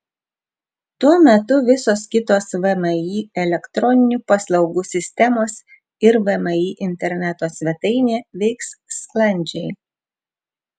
tuo metu visos kitos vmi elektroninių paslaugų sistemos ir vmi interneto svetainė veiks sklandžiai